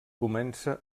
comença